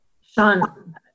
Sean